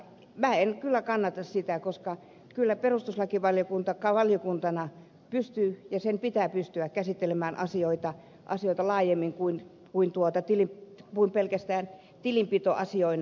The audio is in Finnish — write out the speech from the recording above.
minä en kyllä kannata sitä koska kyllä perustuslakivaliokunta valiokuntana pystyy ja sen pitää pystyä käsittelemään asioita laajemmin kuin pelkästään tilinpitoasioina